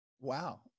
Wow